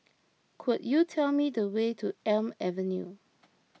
could you tell me the way to Elm Avenue